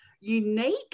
unique